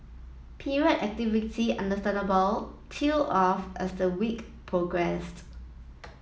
period activity understandably tailed off as the week progressed